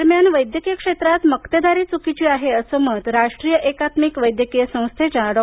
दरम्यान वैद्यकीय क्षेत्रात मक्तेदारी चुकीची आहे असं मत राष्ट्रीय एकात्मिक वैद्यकीय संस्थेच्या डॉ